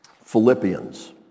Philippians